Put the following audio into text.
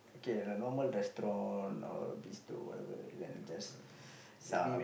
kay a normal restaurant or bistro whatever it is then just some